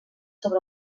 sobre